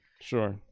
sure